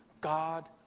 God